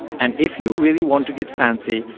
and if you really want to get fancy,